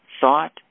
thought